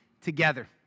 together